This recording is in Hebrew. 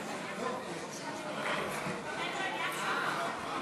(הגדלת קצבת נכות),